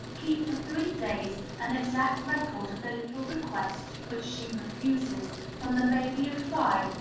keep for three days an exact record of the little requests which she refuses, from the baby of five,